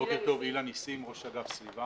בוקר טוב, אילן נסים, ראש אגף סביבה.